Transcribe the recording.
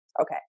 Okay